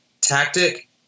tactic